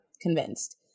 convinced